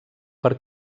per